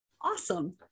awesome